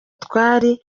twari